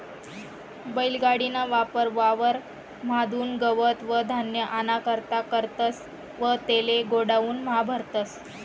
बैल गाडी ना वापर वावर म्हादुन गवत व धान्य आना करता करतस व तेले गोडाऊन म्हा भरतस